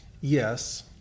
Yes